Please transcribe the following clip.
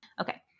Okay